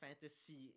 Fantasy